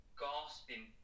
gasping